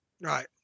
Right